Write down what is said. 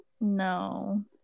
No